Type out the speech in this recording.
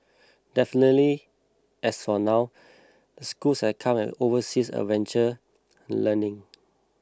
definitely as for now the schools have come overseas adventure learning